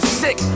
sick